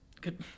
Good